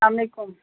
السلام علیکُم